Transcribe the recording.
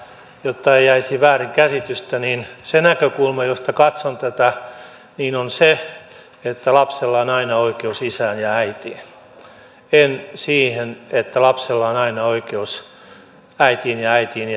jotta ei jäisi väärinkäsitystä niin se näkökulma josta katson tätä on se että lapsella on aina oikeus isään ja äitiin ei se että lapsella on aina oikeus äitiin ja äitiin tai isään ja isään